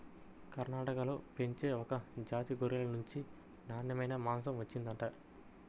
కర్ణాటకలో పెంచే ఒక జాతి గొర్రెల నుంచి నాన్నెమైన మాంసం వచ్చిండంట